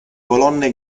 colonne